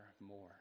more